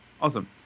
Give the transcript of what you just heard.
awesome